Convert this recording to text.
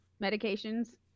medications